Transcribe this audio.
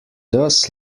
thus